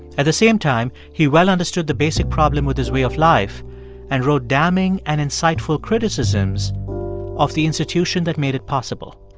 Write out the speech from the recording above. at the same time, he well understood the basic problem with his way of life and wrote damning and insightful criticisms of the institution that made it possible